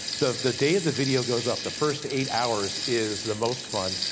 the the day the video goes up. the first eight hours is the most fun,